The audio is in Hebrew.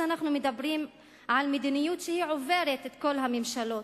אנחנו מדברים על מדיניות שעוברת את כל הממשלות.